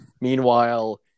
Meanwhile